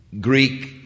Greek